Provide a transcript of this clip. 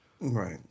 right